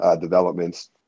developments